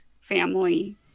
family